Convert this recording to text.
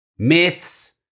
Myths